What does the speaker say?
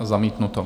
Zamítnuto.